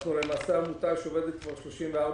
אנחנו עמותה שעובדת כבר 34 שנים.